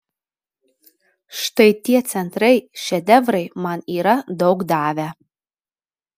štai tie centrai šedevrai man yra daug davę